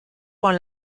con